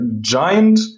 giant